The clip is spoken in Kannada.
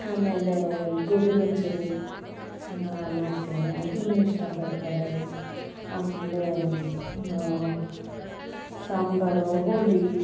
ಆಮೇಲೆ ಗೋಬಿ ಮಂಚೂರಿ ಮಾಡ್ತೀನಿ ಅದನ್ನು ಇಷ್ಟಪಡ್ತಾರೆ ಆಮೇಲೆ ಸಾಂಬಾರು ಹುಳಿ